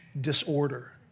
disorder